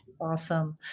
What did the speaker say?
Awesome